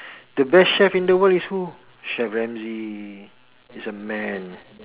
the best chef in the world is who chef Ramsay is a man